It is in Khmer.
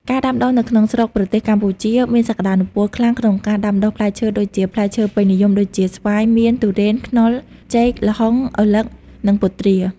ការដាំដុះនៅក្នុងស្រុកប្រទេសកម្ពុជាមានសក្តានុពលខ្លាំងក្នុងការដាំដុះផ្លែឈើដូចជាផ្លែឈើពេញនិយម ដូចជា ស្វាយ មៀន ធូររន ខ្នុរ ចេក ល្ហុង ឪឡឹក និងពុទ្រា។